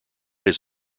his